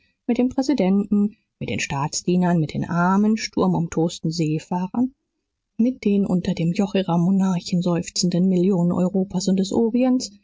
mit dem präsidenten mit den staatsdienern mit den armen sturmumtosten seefahrern mit den unter dem joch ihrer monarchen seufzenden millionen europas und des orients